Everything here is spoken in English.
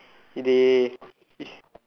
it is